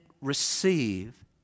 receive